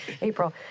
April